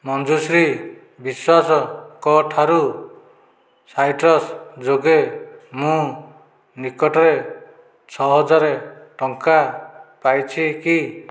ମଞ୍ଜୁଶ୍ରୀ ବିଶ୍ୱାସଙ୍କ ଠାରୁ ସାଇଟ୍ରସ୍ ଯୋଗେ ମୁଁ ନିକଟରେ ଛଅହଜାର ଟଙ୍କା ପାଇଛି କି